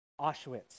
Auschwitz